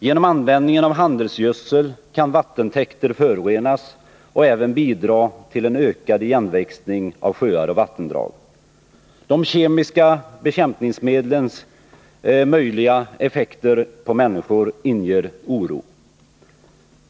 Genom användningen av handelsgödsel kan vattentäkter förorenas, och det kan även bidra till en ökad igenväxning av sjöar och vattendrag. De kemiska bekämpningsmedlens möjliga effekter på människor inger oro.